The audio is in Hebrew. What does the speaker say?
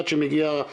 עד שמגיעה ניידת,